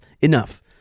Enough